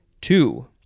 Two